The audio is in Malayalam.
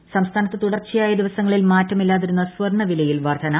സ്വർണ്ണവില സംസ്ഥാനത്ത് തുടർച്ചയായ ദിവസങ്ങളിൽ മാറ്റമില്ലാതിരുന്ന സ്വർണ്ണവിലയിൽ വർദ്ധന